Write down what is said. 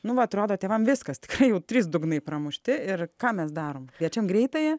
nu va atrodo tėvam viskas tikrai jau trys dugnai pramušti ir ką mes darom kviečiam greitąją